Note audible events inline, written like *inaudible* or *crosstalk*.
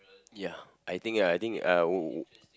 ya I think ah I think uh *noise*